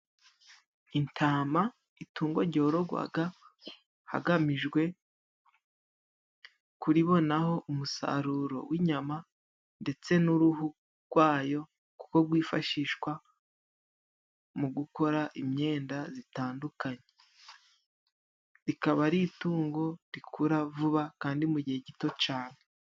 Intama, itungo jyorogwaga hagamijwe kuribona ho umusaruro w'inyama ndetse n'uruhu rwayo, kuko gwifashishwa mu gukora imyenda zitandukanye. Rikaba ari itungo rikura vuba kandi mu gihe gito cane.